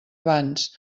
abans